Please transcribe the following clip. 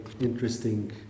interesting